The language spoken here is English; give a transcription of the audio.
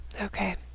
Okay